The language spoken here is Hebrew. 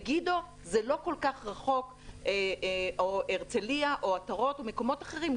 מגידו לא כל כך רחוקה או הרצליה או עטרות או מקומות אחרים.